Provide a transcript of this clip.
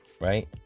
right